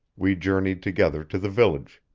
we journeyed together to the village,